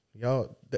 y'all